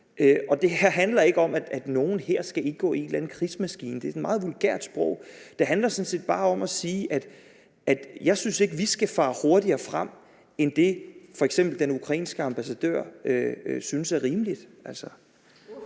ad. Det her handler ikke om, at nogen her skal indgå i en eller anden krigsmaskine. Det er et meget vulgært sprog. Det handler sådan set bare om at sige, at jeg ikke synes, vi skal være fare hurtigere frem end det, f.eks. den ukrainske ambassadør synes er rimeligt.